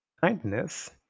Kindness